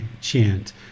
chant